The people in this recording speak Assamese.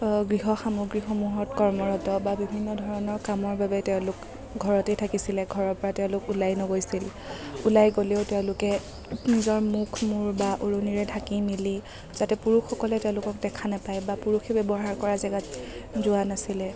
গৃহসামগ্ৰীসমূহত কৰ্মৰত বা বিভিন্ন ধৰণৰ কামৰ বাবে তেওঁলোক ঘৰতেই থাকিছিলে ঘৰৰপৰা তেওঁলোক উলাই নগৈছিল উলাই গ'লেও তেওঁলোকে নিজৰ মুখ মূৰ বা উৰণিৰে ঢাকি মেলি যাতে পুৰুষসকলে তেওঁলোকক দেখা নাপায় বা পুৰুষে ব্যবহাৰ কৰা জেগাত যোৱা নাছিলে